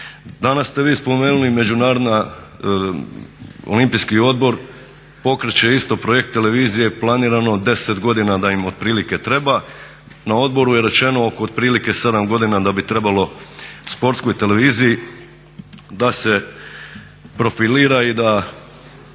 Danas ste vi spomenuli Međunarodni olimpijski odbor pokreće isto projekt televizije, planirano je 10 godina da im otprilike treba. Na odboru je rečeno oko otprilike 7 godina da bi trebalo Sportskoj televiziji da se profilira i da